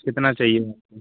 कितना चाहिए आपको